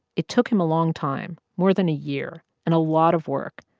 it took him a long time, more than a year, and a lot of work.